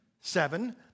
seven